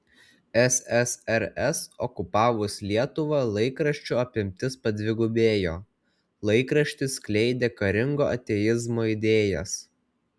ssrs okupavus lietuvą laikraščio apimtis padvigubėjo laikraštis skleidė karingo ateizmo idėjas